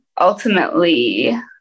ultimately